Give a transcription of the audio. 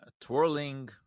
twirling